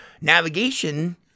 Navigation